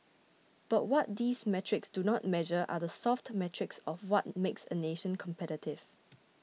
but what these metrics do not measure are the soft metrics of what makes a nation competitive